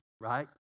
right